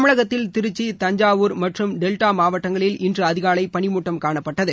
தமிழகத்தில் திருச்சி தஞ்சாவூர் மற்றும் டெல்டா மாவட்டங்களில் இன்று அதிகாலை பனிமூட்டம் காணப்பட்டது